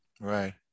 right